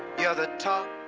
yeah the top.